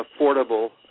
affordable